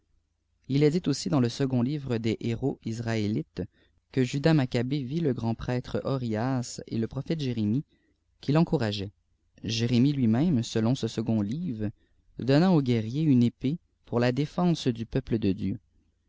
il est dit aussi dans le second livre de héros israélites que judas machabée vit le grand-prêtre orias et le prophète jérémie qui l encourageaient jérémie lui-même selon ce second livre donna au guerrier une épée pour la défense du peuple de dieu